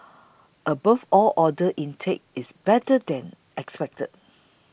above all order intake is better than expected